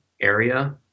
area